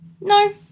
No